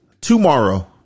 tomorrow